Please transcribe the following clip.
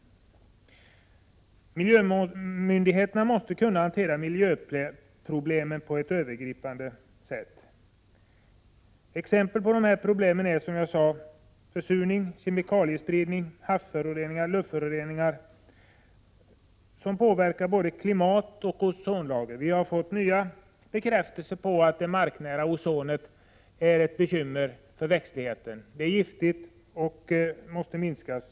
Miljömyndigheterna måste kunna hantera miljöproblemen på ett övergripande sätt. Exempel på problem är alltså försurning, kemikaliespridning, havsoch luftföroreningar, som påverkar både klimat och ozonlager. Vi har fått nya bekräftelser på att det marknära ozonet är ett bekymmer för växtligheten. Det är giftigt och måste minskas.